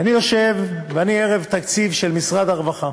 ואני יושב, ואני ערב תקציב של משרד הרווחה.